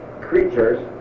creatures